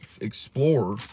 explorer